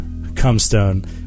cumstone